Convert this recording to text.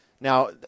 Now